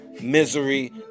misery